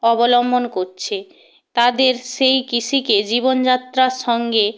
অবলম্বন কচ্ছে তাদের সেই কৃষিকে জীবনযাত্রার সঙ্গে